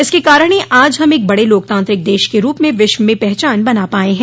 इसके कारण ही आज हम एक बड़े लोकतांत्रिक देश के रूप में विश्व में पहचान बना पाये हैं